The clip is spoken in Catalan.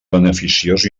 beneficiós